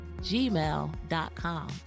gmail.com